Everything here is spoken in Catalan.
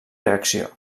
reacció